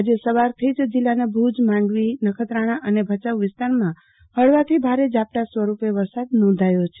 આજે સવારથી જિલ્લાના ભુજમાંડવીનખત્રાણા અને ભયાઉ વિસ્તારમાં હળવાથી ભારે ઝાપટા સ્વરૂપે વરસાદ નોંધાથો છે